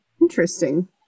Interesting